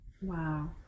Wow